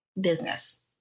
business